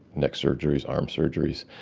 neck surgeries, arm surgeries,